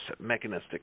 mechanistic